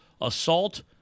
assault